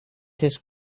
his